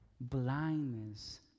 Blindness